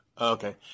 Okay